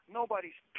nobody's